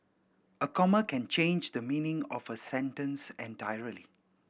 a comma can change the meaning of a sentence entirely